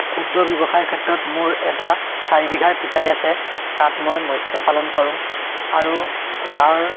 ক্ষুদ্ৰ ব্যৱসায়ৰ ক্ষেত্ৰত মোৰ এটা চাৰি বিঘাৰ ফিচাৰী আছে তাত মই মৎস্য পালন কৰোঁ আৰু গাঁৱৰ